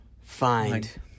find